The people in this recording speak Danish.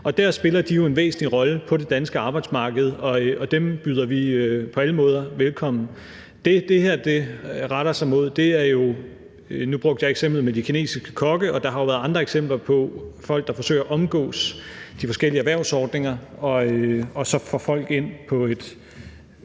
og de spiller en væsentlig rolle på det danske arbejdsmarked, og dem byder vi på alle måder velkommen. Nu brugte jeg eksemplet med de kinesiske kokke, og der har jo været andre eksempler på folk, der forsøger at omgå de forskellige erhvervsordninger, så folk kommer ind på et